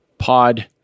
Pod